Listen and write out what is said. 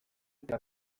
eta